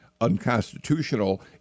unconstitutional